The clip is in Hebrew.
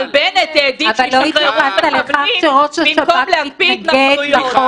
אבל בנט העדיף שישחררו מחבלים במקום להקפיא התנחלויות.